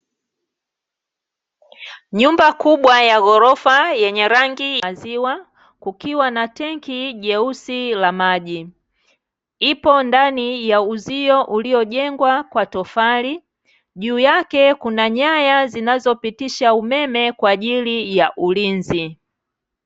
Nyumba kubwa ya ghorofa yenye rangi ya ziwa, kukiwa na tenki jeusi la maji. Ipo ndani ya uzio uliojengwa kwa tofali, juu yake kuna nyaya zinazopitisha umeme kwa ajili ya ulinzi.